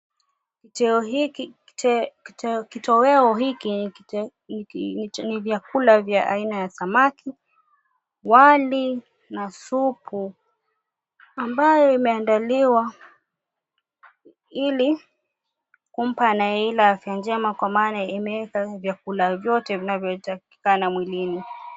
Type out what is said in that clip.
Kitiweo hiki ni vyakula vya aina ya samaki, wali, na supu ambayo imeandaliwa ili kumpa anayeila afya njema kwa maana imewekwa vyakula vyote vinavyo takikana mwilini.